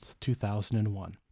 2001